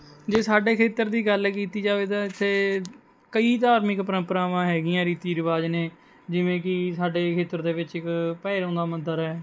ਜੇ ਸਾਡੇ ਖੇਤਰ ਦੀ ਗੱਲ ਕੀਤੀ ਜਾਵੇ ਤਾਂ ਇਥੇ ਕਈ ਧਾਰਮਿਕ ਪਰੰਪਰਾਵਾਂ ਹੈਗੀਆਂ ਰੀਤੀ ਰਿਵਾਜ਼ ਨੇ ਜਿਵੇਂ ਕਿ ਸਾਡੇ ਖੇਤਰ ਦੇ ਵਿੱਚ ਇੱਕ ਭੈਰੋਂ ਦਾ ਮੰਦਿਰ ਹੈ